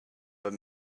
but